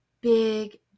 big